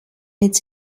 its